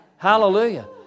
Hallelujah